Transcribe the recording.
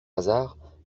hasard